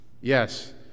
Yes